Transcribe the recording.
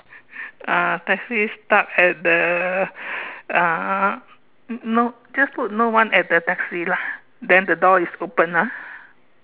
uh taxi is stuck at the uh n~ no just put no one at the taxi lah then the door is open ah